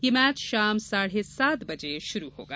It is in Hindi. यह मैच शाम साढे सात बजे शुरू होगा